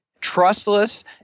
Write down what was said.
trustless